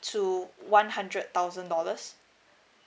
to one hundred thousand dollars